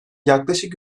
yaklaşık